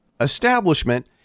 establishment